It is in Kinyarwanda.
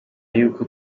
y’uko